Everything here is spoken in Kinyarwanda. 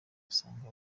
usanga